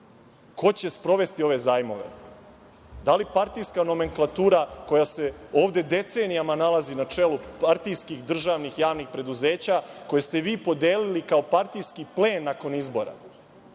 ko će sprovesti ove zajmove? Da li partijska nomenklatura koja se ovde decenijama nalazi na čelu partijskih državnih javnih preduzeća, koje ste vi podelili kao partijski plen nakon izbora?